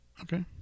Okay